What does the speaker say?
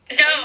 No